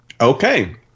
Okay